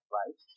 right